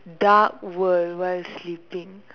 dark world while sleeping